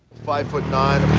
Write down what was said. five foot nine